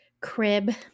crib